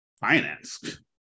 finance